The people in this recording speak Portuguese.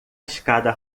escada